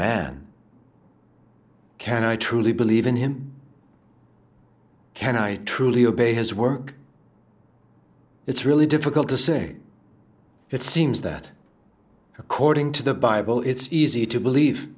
man can i truly believe in him can i truly obey his work it's really difficult to say it seems that according to the bible it's easy to believe